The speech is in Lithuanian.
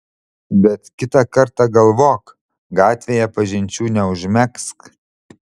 bet kitą kartą galvok gatvėje pažinčių neužmegzk